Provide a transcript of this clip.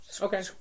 Okay